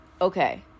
okay